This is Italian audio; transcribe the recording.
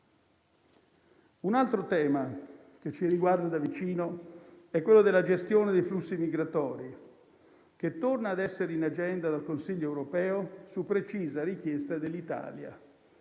Un altro tema che ci riguarda da vicino è la gestione dei flussi migratori, che torna a essere in agenda del Consiglio europeo su precisa richiesta dell'Italia.